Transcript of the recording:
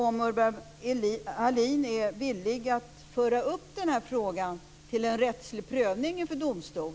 Är Urban Ahlin villig att föra upp frågan till en rättslig prövning inför domstol?